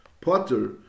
potter